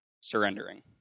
surrendering